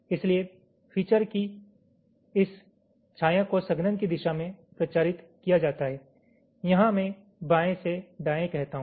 इसलिए फीचर की इस छाया को संघनन की दिशा में प्रचारित किया जाता है यहां मैं बाएं से दाएं कहता हूं